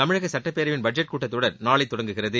தமிழக சுட்டப்பேரவையின் பட்ஜெட் கூட்டத்தொடர் நாளை தொடங்குகிறது